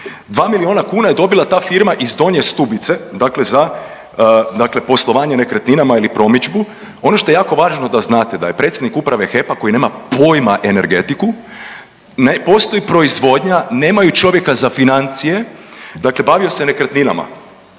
milijuna kuna je dobila ta firma iz Donje Stubice, dakle za poslovanje nekretninama ili promidžbu. Ono što je jako važno da znate da je predsjednik Uprave HEP-a koji nema pojma energetiku postoji proizvodnja, nemaju čovjeka za financije. Dakle, bavio se nekretninama